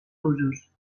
usos